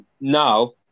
now